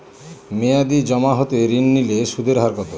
মেয়াদী জমা হতে ঋণ নিলে সুদের হার কত?